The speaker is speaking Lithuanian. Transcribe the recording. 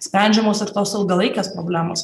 sprendžiamos ir tos ilgalaikės problemos